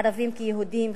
ערבים כיהודים,